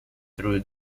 through